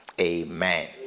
amen